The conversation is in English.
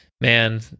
man